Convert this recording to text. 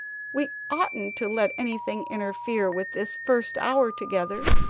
we oughtn't to let anything interfere with this first hour together.